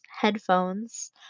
headphones